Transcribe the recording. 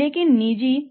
लेकिन निजी